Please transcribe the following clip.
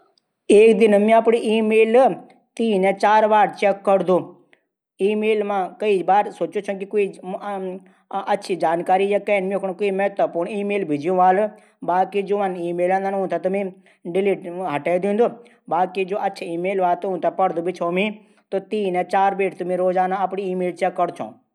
एक दिन मा मि अपड ईमेल तीन या चार अपड ईमेल चैक करदू। क्वी महत्वपूर्ण ईमेल होलू तू मी रख दींदु। निथर हटै दींदू।